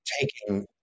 taking